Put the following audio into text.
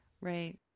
Right